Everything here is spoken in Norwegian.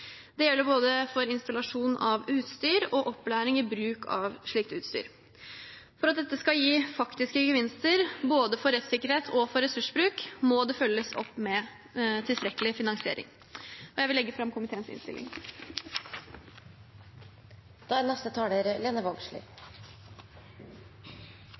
bruk av slikt utstyr. For at dette skal gi faktiske gevinster både for rettssikkerhet og for ressursbruk, må det følges opp med tilstrekkelig finansiering. Jeg anbefaler med dette komiteens innstilling. Frå Arbeidarpartiet si side har me ikkje veldig mykje meir å tilføre. Me er